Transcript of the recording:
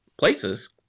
Places